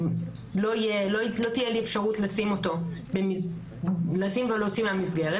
לא תהיה לי אפשרות לשים ולהוציא מהמסגרת,